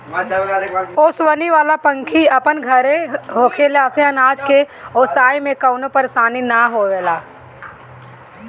ओसवनी वाला पंखी अपन घरे होखला से अनाज के ओसाए में कवनो परेशानी ना होएला